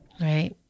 right